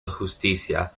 justicia